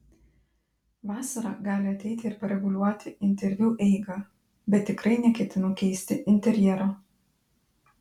vasara gali ateiti ir pareguliuoti interviu eigą bet tikrai neketinu keisti interjero